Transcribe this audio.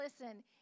listen